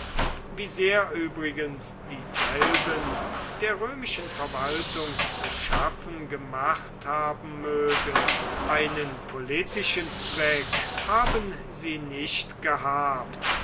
wie sehr übrigens dieselben der römischen verwaltung zu schaffen gemacht haben mögen einen politischen zweck haben sie nicht gehabt